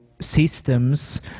systems